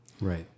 Right